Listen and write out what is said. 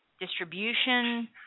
distribution